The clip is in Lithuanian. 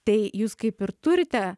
tai jūs kaip ir turite